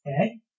Okay